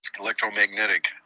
electromagnetic